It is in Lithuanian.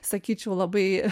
sakyčiau labai